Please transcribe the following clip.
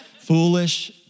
foolish